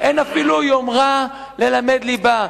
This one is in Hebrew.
אין אפילו יומרה ללמד ליבה,